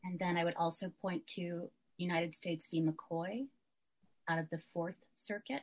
and then i would also point to united states v mccoy out of the th circuit